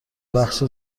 بخش